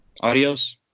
Adios